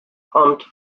pumped